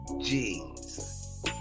jeans